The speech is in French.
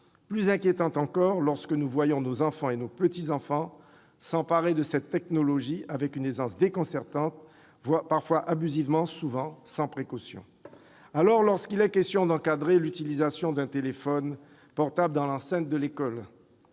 voire inquiétante, surtout lorsque nous voyons nos enfants et nos petits-enfants s'emparer de cette technologie avec une aisance déconcertante, parfois abusivement, souvent sans précautions. Dans ces conditions, lorsqu'il est question d'encadrer l'utilisation des téléphones portables dans l'enceinte de l'école,